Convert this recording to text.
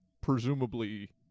presumably